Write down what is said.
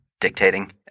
Dictating